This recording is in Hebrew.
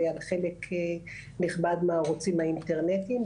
ועל חלק נכבד מהערוצים האינטרנטיים,